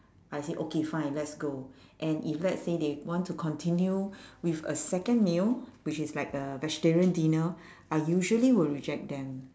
I say okay fine let's go and if let's say they want to continue with a second meal which is like a vegetarian dinner I usually will reject them